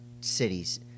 cities